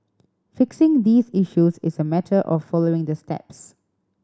fixing these issues is a matter of following the steps